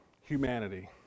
humanity